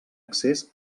accés